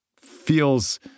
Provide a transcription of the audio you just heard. feels